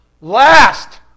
last